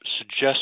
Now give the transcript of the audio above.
suggest